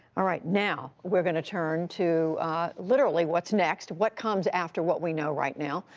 ah right, now we're going to turn to literally what's next, what comes after what we know right now,